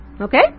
Okay